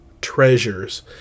treasures